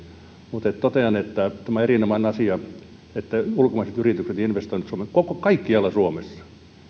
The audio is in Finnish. mutta totean että tämä on erinomainen asia että ulkomaiset yritykset investoivat kaikkialla suomessa